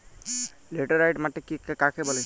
Laterite মাটি কাকে বলে?